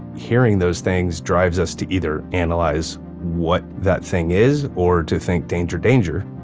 hearing those things drives us to either analyze what that thing is, or to think, danger, danger,